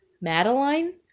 madeline